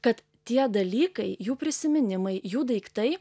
kad tie dalykai jų prisiminimai jų daiktai